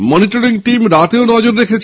monitoring team রাতেও নজর রাখে